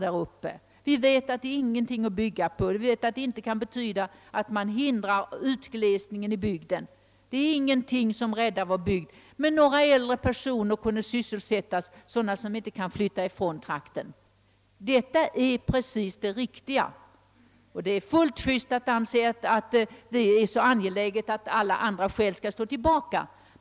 De visste, att utbyggnaden inte var någonting ait bygga på för framtiden för kommunen, de visste, att den inte skulle hindra avfolkningen av bygden eller rädda bygden, men den skulle betyda att äldre personer, som inte kan flytta från trakten, fick sysselsättning några år. Det är fullt juste att anse att detta är ett så angeläget motiv, att alla skäl mot företaget skall stå tillbaka.